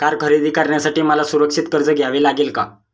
Car खरेदी करण्यासाठी मला सुरक्षित कर्ज घ्यावे लागेल का?